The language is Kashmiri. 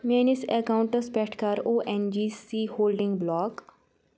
میانس اکاونٹس پٮ۪ٹھ کَر او ایٚن جی سی ہولڈنگہٕ بلاک